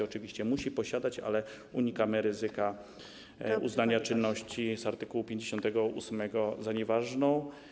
Oczywiście musi posiadać, ale unikamy ryzyka uznania czynności z art. 58 za nieważną.